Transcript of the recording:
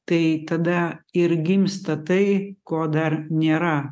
tai tada ir gimsta tai ko dar nėra